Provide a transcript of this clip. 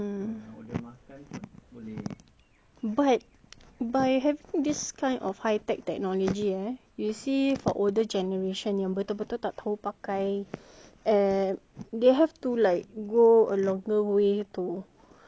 but by having this kind of high tech technology eh you see for older generation yang betul-betul tak tahu pakai app they have to go a longer way to to even buy food which is a necessity